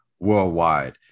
worldwide